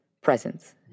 presence